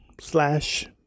slash